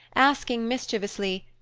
asking, mischievously,